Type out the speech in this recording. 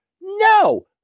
No